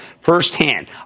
firsthand